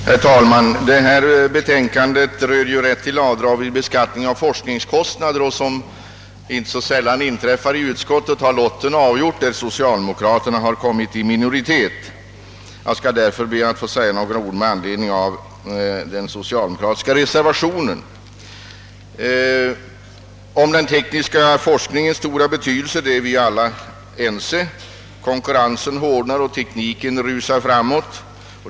Herr talman! Vid behandlingen av föreliggande ärende, som gäller rätten till avdrag vid beskattning av forskningskostnader, har socialdemokraterna efter lottning — som inte så sällan händer i utskottet — blivit i minoritet. Därför ber jag att nu få säga några ord med anledning av den socialdemokratiska reservationen. Den tekniska forskningens stora betydelse är vi alla ense om. Konkurrensen hårdnar och tekniken går raskt framåt.